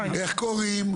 איך קוראים?